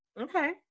okay